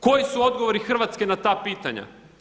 Koji su odgovori Hrvatske na ta pitanja?